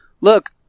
look